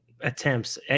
attempts